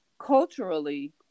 culturally